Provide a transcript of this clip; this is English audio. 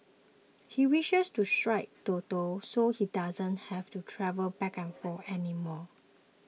he wishes to strike Toto so he doesn't have to travel back and forth anymore